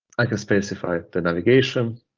i can specify the navigation,